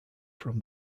from